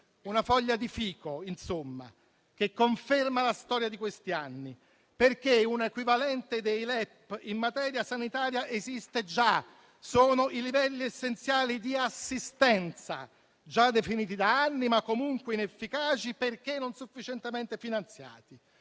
una foglia di fico, insomma, che conferma la storia di questi anni, perché un equivalente dei LEP in materia sanitaria esiste già: sono i livelli essenziali di assistenza, già definiti da anni, ma comunque inefficaci, perché non sufficientemente finanziati.